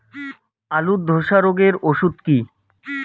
আলুর ধসা রোগের ওষুধ কি?